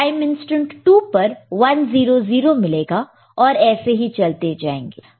time instant 2 पर 100 मिलेगा और ऐसे ही चलते जाएंगे